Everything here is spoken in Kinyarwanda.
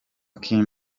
kim